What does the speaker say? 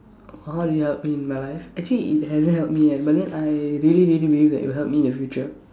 hurry up in my life actually it hasn't help me ah but then I really really believe that it will help me in the future